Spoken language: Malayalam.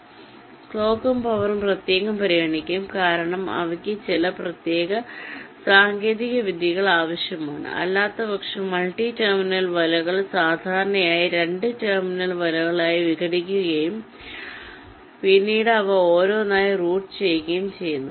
അതിനാൽ ക്ലോക്കും പവറും പ്രത്യേകം പരിഗണിക്കും കാരണം അവയ്ക്ക് വളരെ പ്രത്യേക സാങ്കേതിക വിദ്യകൾ ആവശ്യമാണ് അല്ലാത്തപക്ഷം മൾട്ടി ടെർമിനൽ വലകൾ സാധാരണയായി 2 ടെർമിനൽ വലകളായി വിഘടിപ്പിക്കുകയും പിന്നീട് അവ ഓരോന്നായി റൂട്ട് ചെയ്യുകയും ചെയ്യുന്നു